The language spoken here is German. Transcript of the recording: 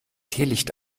teelicht